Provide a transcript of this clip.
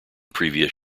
previous